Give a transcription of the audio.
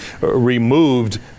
removed